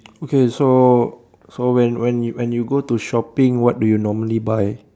okay so so when when when you go to shopping what do you normally buy